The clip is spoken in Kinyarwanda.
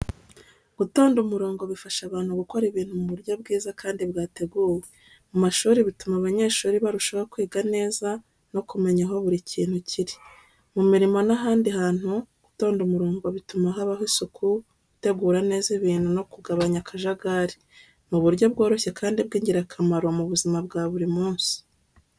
Gutonda umurongo bifasha abantu gukora ibintu mu buryo bwiza kandi bwateguwe. Mu mashuri, bituma abanyeshuri barushaho kwiga neza no kumenya aho buri kintu kiri. Mu mirimo n’ahandi hantu, gutonda umurongo bituma habaho isuku, gutegura neza ibintu no kugabanya akajagari. Ni uburyo bworoshye kandi bw’ingirakamaro mu buzima bwa buri munsi.